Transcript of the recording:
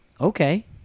okay